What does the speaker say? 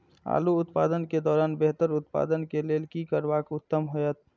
आलू उत्पादन के दौरान बेहतर उत्पादन के लेल की करबाक उत्तम होयत?